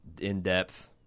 in-depth